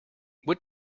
what